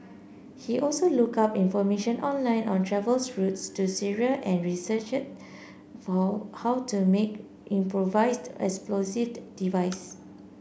he also look up information online on travels routes to Syria and researched for how to make improvised explosive device